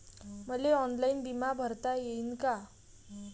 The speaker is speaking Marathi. मले ऑनलाईन बिमा भरता येईन का?